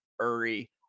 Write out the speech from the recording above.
Uri